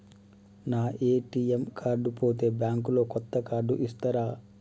నా ATM card పోతే bank లో కొత్త కార్డు ఇస్తరా?